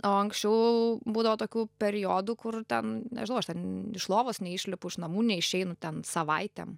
o anksčiau būdavo tokių periodų kur ten nežinau aš ten iš lovos neišlipu iš namų neišeinu ten savaitę